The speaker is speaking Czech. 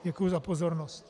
Děkuji za pozornost.